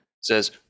says